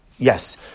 Yes